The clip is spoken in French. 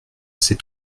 ces